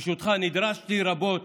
ברשותך, נדרשתי רבות